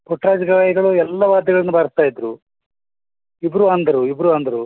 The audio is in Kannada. ಪುಟ್ರಾಜ ಗವಾಯಿಗಳು ಎಲ್ಲ ವಾದ್ಯಗಳನ್ನ ಬಾರಿಸ್ತಾಯಿದ್ರು ಇಬ್ಬರೂ ಅಂಧರು ಇಬ್ಬರೂ ಅಂಧರು